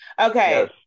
okay